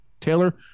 Taylor